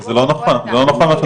זה לא נכון מה שאת אומרת.